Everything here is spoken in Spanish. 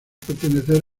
pertenecer